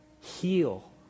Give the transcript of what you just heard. heal